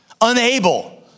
unable